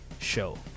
show